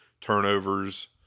turnovers